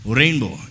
rainbow